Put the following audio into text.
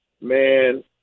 man